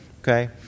okay